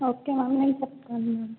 okay ma'am నేను చెప్తాను ma'am